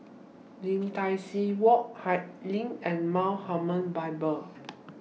Lim Tai See Walk High LINK and Mount Hermon Bible